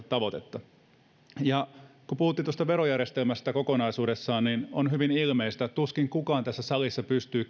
tavoitetta kun puhuttiin verojärjestelmästä kokonaisuudessaan niin on hyvin ilmeistä että tuskin kukaan tässä salissa pystyy